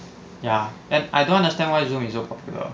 ya and I don't understand why zoom is so popular